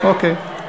אוקיי.